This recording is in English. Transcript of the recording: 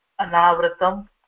Anavratam